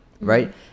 right